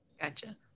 Gotcha